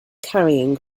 carrying